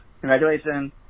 Congratulations